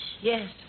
Yes